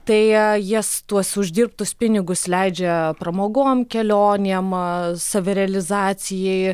tai jis tuos uždirbtus pinigus leidžia pramogom kelionėm ima savirealizacijai